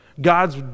God's